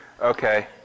Okay